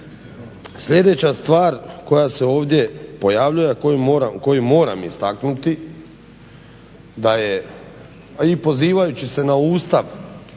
Sljedeća stvar koja se ovdje pojavljuje a koju moram istaknuti da je a i pozivajući se na Ustav,